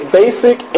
basic